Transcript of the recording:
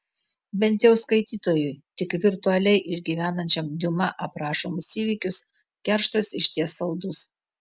bent jau skaitytojui tik virtualiai išgyvenančiam diuma aprašomus įvykius kerštas išties saldus